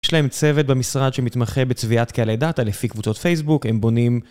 יש להם צוות במשרד שמתמחה בצביעת קהלי דאטה לפי קבוצות פייסבוק, הם בונים...